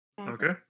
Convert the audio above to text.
Okay